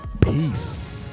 Peace